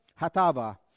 Hatava